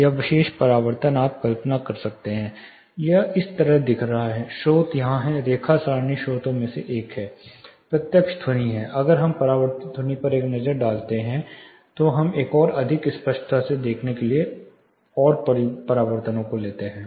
तो यह विशेष परावर्तन आप कल्पना कर सकते हैं यह इस तरह दिख रहा है स्रोत यहां है रेखा सारणी स्रोतों में से एक है प्रत्यक्ष ध्वनि यहां है अगर हम परावर्तित ध्वनि पर एक नज़र डालते हैं तो हम और अधिक स्पष्टता से देखने के लिए और परिवर्तनों को लेते हैं